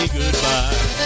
goodbye